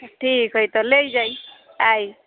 ठीक हइ तऽ ले जाइ आई